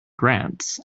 grants